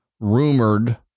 rumored